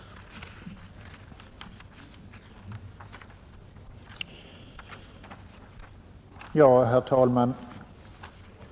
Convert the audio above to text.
Herr talman!